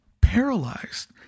paralyzed